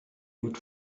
would